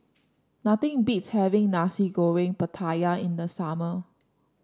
nothing beats having Nasi Goreng Pattaya in the summer